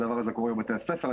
הדבר הזה קורה בבתי הספר,